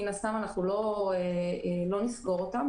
מן הסתם אנחנו לא נסגור אותם,